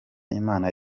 imana